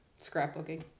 scrapbooking